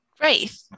Great